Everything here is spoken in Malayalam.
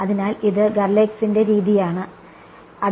അതിനാൽ ഇത് ഗലേർകിന്റെ രീതിയാണ് Galerkin's method